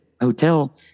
hotel